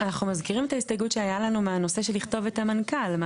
אנחנו מזכירים את ההסתייגות שהייתה לנו מהנושא של לכתוב את המנכ"ל.